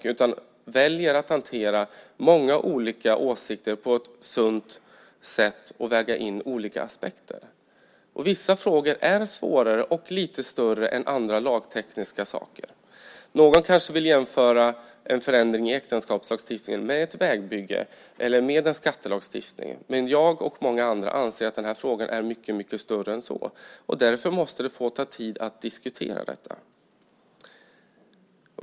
Regeringen väljer att hantera många olika åsikter på ett sunt sätt och att väga in olika aspekter. Vissa frågor är svårare och lite större än andra lagtekniska saker. Någon kanske vill jämföra en förändring i äktenskapslagstiftningen med ett vägbygge eller en skattelagstiftning. Men jag och många andra anser att den här frågan är större än så. Därför måste det få ta tid att diskutera frågan.